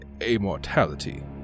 immortality